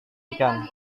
ikan